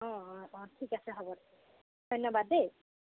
অঁ অঁ অঁ ঠিক আছে হ'ব ধন্যবাদ দেই